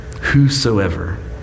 whosoever